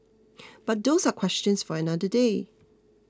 but those are questions for another day